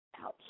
Ouch